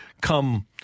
come